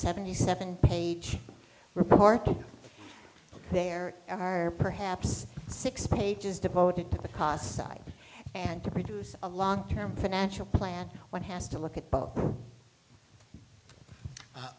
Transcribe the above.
seventy seven page report there are perhaps six pages devoted to the cost side and to produce a long term financial plan one has to l